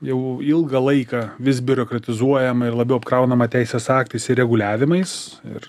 jau ilgą laiką vis biurokratizuojama ir labiau apkraunama teisės aktais ir reguliavimais ir